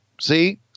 see